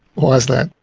why is that?